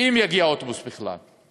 אם יגיע אוטובוס בכלל.